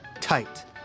tight